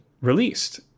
released